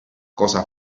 cosa